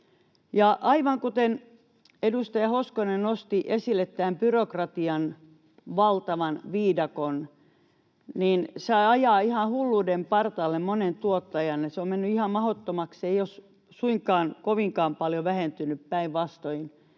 aivan kuten edustaja Hoskonen nosti esille tämän byrokratian valtavan viidakon, niin se ajaa ihan hulluuden partaalle monen tuottajan. Se on mennyt ihan mahdottomaksi. Se ei ole suinkaan kovinkaan paljon vähentynyt, päinvastoin.